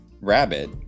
rabbit